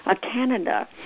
Canada